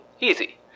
Easy